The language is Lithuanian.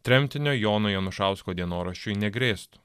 tremtinio jono janušausko dienoraščiui negrėstų